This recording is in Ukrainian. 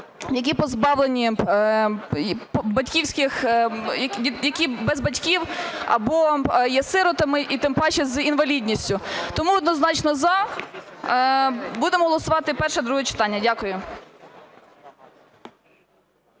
які без батьків або є сиротами і тим паче з інвалідністю. Тому однозначно "за", будемо голосувати перше і друге читання. Дякую.